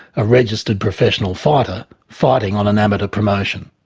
a registered professional fighter fighting on an amateur promotion.